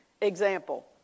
Example